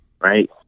right